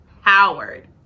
Howard